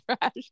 trash